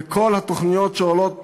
וכל התוכניות שעולות